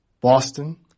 Boston